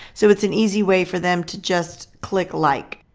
so it's an easy way for them to just click like.